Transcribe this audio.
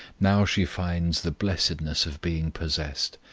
now she finds the blessedness of being possessed.